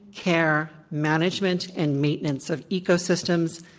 care, management, and maintenance of ecosystems,